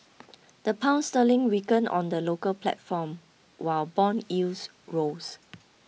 the pound sterling weakened on the local platform while bond yields rose